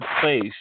place